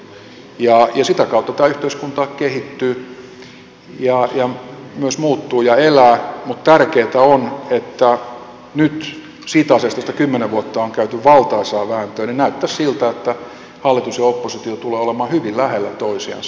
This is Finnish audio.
sitä kautta tämä yhteiskunta kehittyy ja myös muuttuu ja elää mutta tärkeätä on että näyttäisi siltä että nyt siinä asiassa josta kymmenen vuotta on käyty valtaisaa vääntöä hallitus ja oppositio tulevat olemaan hyvin lähellä toisiansa